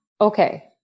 okay